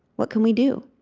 what can we do?